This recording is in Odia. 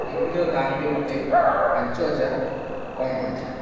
ଟିଭିର ଦାମ୍ଟି ମୋତେ ପାଞ୍ଚ ହଜାର କମ୍ ପଡ଼ିଥିଲା